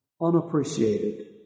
unappreciated